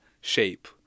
shape